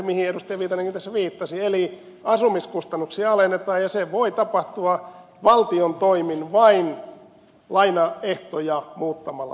viitanenkin tässä viittasi eli asumiskustannuksia alennetaan ja se voi tapahtua valtion toimin vain muuttamalla lainaehtoja paremmiksi